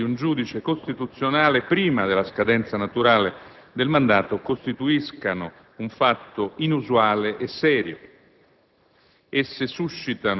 le dimissioni di un giudice costituzionale, prima della scadenza naturale del mandato, costituiscano un fatto inusuale e serio.